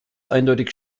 eindeutig